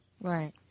Right